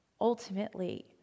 Ultimately